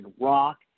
rock